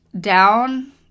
down